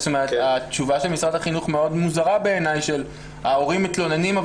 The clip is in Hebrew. התשובה של משרד החינוך מאוד מוזרה בעיניי שההורים מתלוננים,